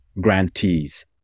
grantees